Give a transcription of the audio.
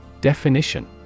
Definition